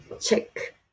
check